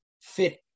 fit